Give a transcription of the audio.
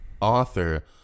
author